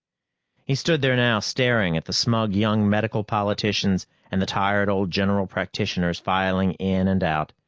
he stood there now, staring at the smug young medical politicians and the tired old general practitioners filing in and out.